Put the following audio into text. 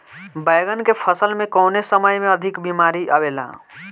बैगन के फसल में कवने समय में अधिक बीमारी आवेला?